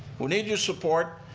we need your support.